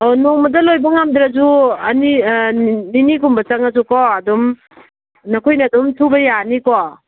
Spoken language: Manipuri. ꯑꯣ ꯅꯣꯡꯃꯗ ꯂꯣꯏꯕ ꯉꯝꯗ꯭ꯔꯁꯨ ꯑꯅꯤ ꯅꯤꯅꯤꯒꯨꯝꯕ ꯆꯪꯂꯁꯨꯀꯣ ꯑꯗꯨꯝ ꯅꯈꯣꯏꯅ ꯑꯗꯨꯝ ꯁꯨꯕ ꯌꯥꯅꯤꯀꯣ